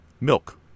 milk